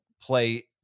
play